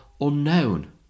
unknown